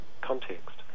context